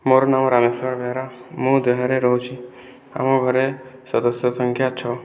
ମୋର ନାଁ ରାମେଶ୍ବର ବେହେରା ମୁଁ ଦୋହାରେ ରହୁଛି ଆମ ଘରେ ସଦସ୍ୟ ସଂଖ୍ୟା ଛଅ